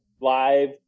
live